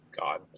God